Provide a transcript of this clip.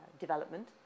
development